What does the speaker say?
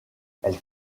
elle